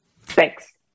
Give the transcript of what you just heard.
Thanks